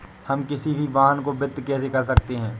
हम किसी भी वाहन को वित्त कैसे कर सकते हैं?